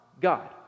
God